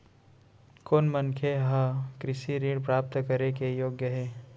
कोन मनखे ह कृषि ऋण प्राप्त करे के योग्य हे?